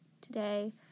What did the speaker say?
today